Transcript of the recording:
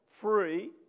free